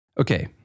Okay